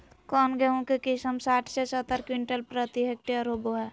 कौन गेंहू के किस्म साठ से सत्तर क्विंटल प्रति हेक्टेयर होबो हाय?